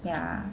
ya